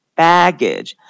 baggage